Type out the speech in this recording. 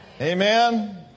Amen